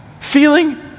Feeling